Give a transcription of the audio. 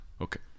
Okay